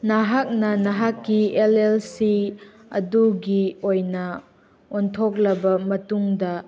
ꯅꯍꯥꯛꯅ ꯅꯍꯥꯛꯀꯤ L L C ꯑꯗꯨꯒꯤ ꯑꯣꯏꯅ ꯑꯣꯟꯊꯣꯛꯂꯕ ꯃꯇꯨꯡꯗ